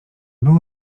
był